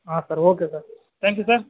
ಹಾಂ sir okay thank you sir